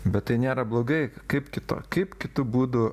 bet tai nėra blogai kaip kito kaip kitu būdu